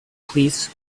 please